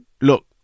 Look